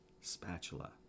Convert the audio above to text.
spatula